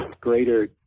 greater